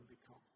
become